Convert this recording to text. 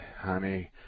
honey